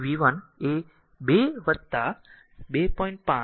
તેથી v 1 એ 2 2